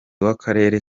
w’akarere